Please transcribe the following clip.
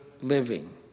living